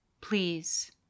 Please